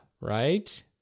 right